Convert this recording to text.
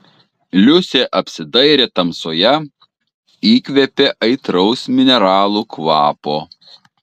liusė apsidairė tamsoje įkvėpė aitraus mineralų kvapo